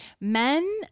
men